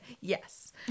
Yes